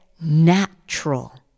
natural